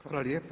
Hvala lijepa.